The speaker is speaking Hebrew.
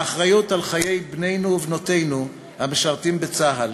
האחריות לחיי בנינו ובנותינו המשרתים בצה"ל.